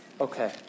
Okay